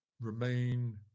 remain